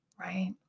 Right